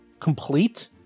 complete